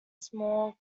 small